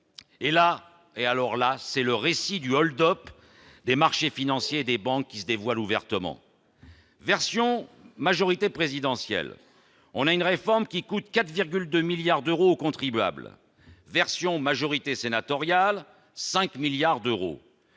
sur la fortune. Là, c'est le récit du hold-up des marchés financiers et des banques qui se dévoile ouvertement. Version majorité présidentielle : la réforme coûte 4,2 milliards d'euros aux contribuables. Version majorité sénatoriale : la réforme